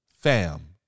Fam